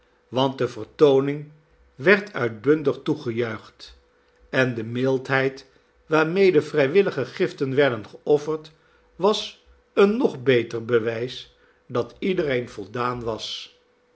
want de vertooning werd uitbundig toegejuicht en de mildheid waarmede vrijwillige giften werden geofferd was een nog beter bewijs dat iedereen voldaan was